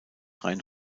rhein